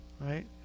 right